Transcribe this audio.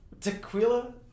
Tequila